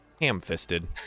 ham-fisted